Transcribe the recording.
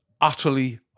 utterly